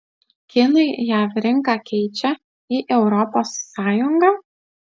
kinai jav rinką keičia į europos sąjungą